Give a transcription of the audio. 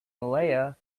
malaya